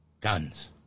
Guns